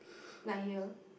my here